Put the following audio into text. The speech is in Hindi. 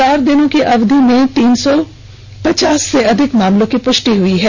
चार दिनों की अवधि में तीन सौ पचास से अधिक मामलों की पुष्टि हुई है